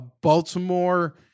Baltimore